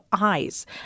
Eyes